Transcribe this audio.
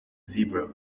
zebra